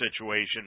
situation